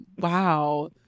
Wow